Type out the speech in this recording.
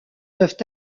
peuvent